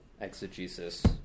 exegesis